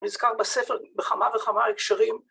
נזכר בספר בכמה וכמה הקשרים